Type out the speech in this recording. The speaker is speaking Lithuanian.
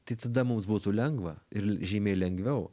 tai tada mums būtų lengva ir žymiai lengviau